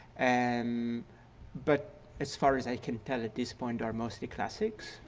and but as far as i can tell at this point are mostly classics.